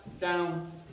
down